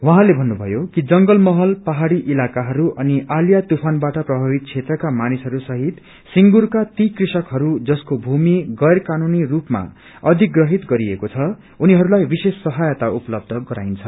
उहाँले भन्नुभयो कि जंगलमहल पहाड़ी इलाकाहरू अनि आलिया तूफानबाट प्रभावित क्षेत्रका मानिसहरूसहित सिंगूरका ती कृषकहरू जसको भूमि गैरकानूनी रूपमा अधिगृहित गरिएको छ उनीहरूलाई विशेष सहायता उपलब्ध गराइन्छ